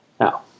Now